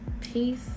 peace